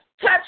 Touch